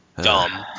dumb